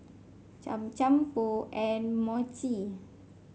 Cham Cham Pho and Mochi